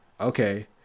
Okay